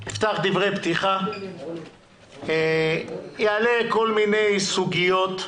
אני אפתח דברי פתיחה, יעלה כל מיני סוגיות.